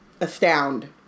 astound